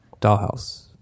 Dollhouse